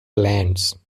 lands